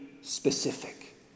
specific